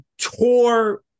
tore